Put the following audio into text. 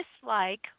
dislike